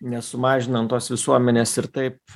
nesumažinant tos visuomenės ir taip